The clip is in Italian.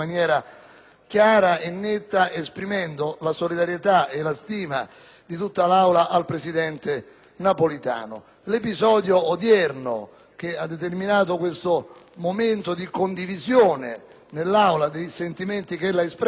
chiara e netta, esprimendo la solidarietà e la stima di tutta l'Aula al presidente Napolitano. L'episodio odierno, che ha determinato questo momento di condivisione nell'Aula dei sentimenti che ella ha espresso,